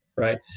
right